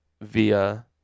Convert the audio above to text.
via